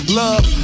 love